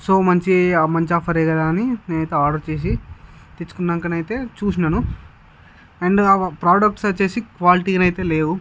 so మంచి మంచి offer యే కదా అని నేనైతే ఆర్డర్ చేసి తెచ్చుకున్నాకనైతే చూసినాను అండ్ ప్రోడక్ట్స్ వచ్చేసి క్వాలిటీ నైతే లేవు